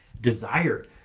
desire